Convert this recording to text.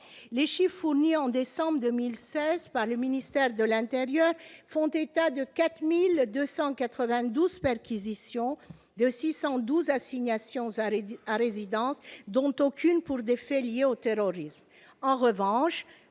Les chiffres fournis en décembre 2016 par le ministère de l'intérieur font état de 4 292 perquisitions, de 612 assignations à résidence, dont aucune pour des faits liés au terrorisme.